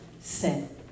set